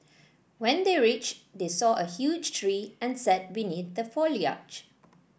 when they reached they saw a huge tree and sat beneath the foliage